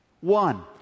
one